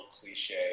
cliche